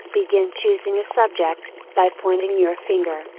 begin choosing a subject, by pointing your finger,